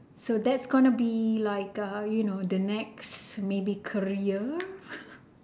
so that's gonna be like uh you know the next maybe career